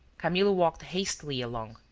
camillo walked hastily along,